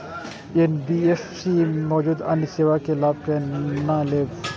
NBFC में मौजूद अन्य सेवा के लाभ केना लैब?